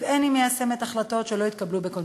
שלפיו אין היא מיישמת החלטות שלא התקבלו בקונסנזוס.